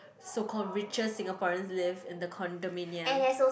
so called richer Singaporeans live in a condominium